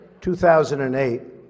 2008